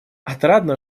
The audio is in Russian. отрадно